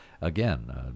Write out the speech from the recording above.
again